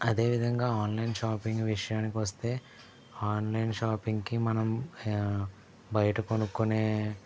అదేవిధంగా online shopping విషయానికి వస్తే ఆన్లైన్ షాపింగ్కి మనం బయట కొనుక్కునే